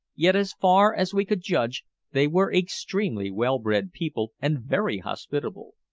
yet as far as we could judge they were extremely well-bred people and very hospitable.